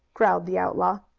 growled the outlaw.